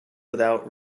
without